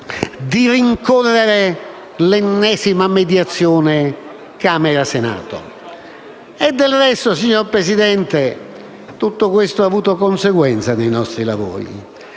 di rincorrere l'ennesima mediazione tra Camera e Senato? Del resto, signor Presidente, tutto questo ha avuto conseguenze nei nostri lavori.